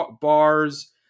bars